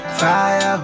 fire